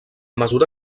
mesura